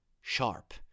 sharp